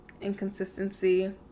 Inconsistency